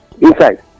inside